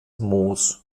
moos